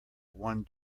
one